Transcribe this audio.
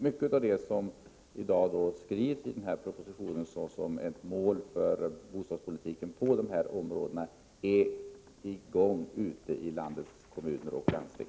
Mycket av det som nu utpekas i propositionen som ett mål för bostadspolitiken på dessa områden är i gång ute i landets kommuner och landsting.